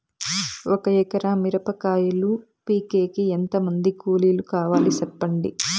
ఒక ఎకరా మిరప కాయలు పీకేకి ఎంత మంది కూలీలు కావాలి? సెప్పండి?